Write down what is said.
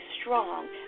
strong